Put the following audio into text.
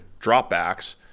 dropbacks